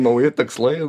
nauji tikslai